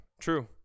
True